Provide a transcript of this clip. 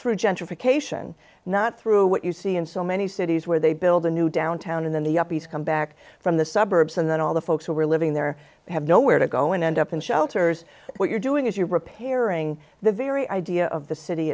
through gentrification not through what you see in so many cities where they build a new downtown in the yuppies come back from the suburbs and then all the folks who are living there have nowhere to go and end up in shelters what you're doing is you're repairing the very idea of the city